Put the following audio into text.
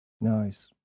Nice